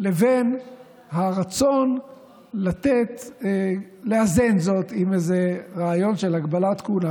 לבין הרצון לאזן זאת עם איזה רעיון של הגבלת כהונה.